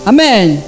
Amen